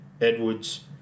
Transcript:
Edwards